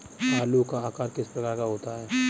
आलू का आकार किस प्रकार का होता है?